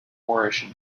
moorish